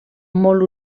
molt